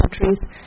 countries